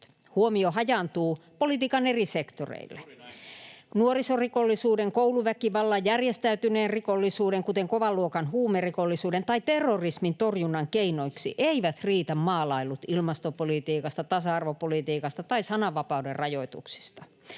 Huomio hajaantuu politiikan eri sektoreille. [Vilhelm Junnila: Juuri näin!] Nuorisorikollisuuden, kouluväkivallan, järjestäytyneen rikollisuuden, kuten kovan luokan huumerikollisuuden, tai terrorismin torjunnan keinoiksi eivät riitä maalailut ilmastopolitiikasta, tasa-arvopolitiikasta tai sananvapauden rajoituksista.